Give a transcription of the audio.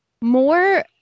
More